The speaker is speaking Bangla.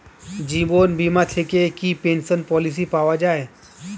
জীবন বীমা থেকে কি পেনশন পলিসি পাওয়া যায়?